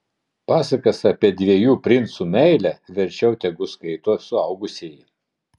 pasakas apie dviejų princų meilę verčiau tegu skaito suaugusieji